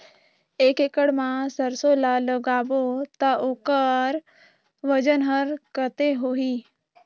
एक एकड़ मा सरसो ला लगाबो ता ओकर वजन हर कते होही?